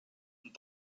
and